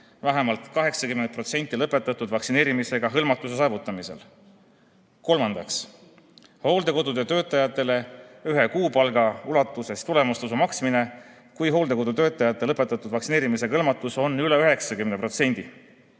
vähemalt 80% lõpetatud vaktsineerimisega hõlmatuse saavutamisel. Kolmandaks, hooldekodude töötajatele ühe kuupalga ulatuses tulemustasu maksmine, kui hooldekodu töötajate lõpetatud vaktsineerimisega hõlmatus on üle 90%.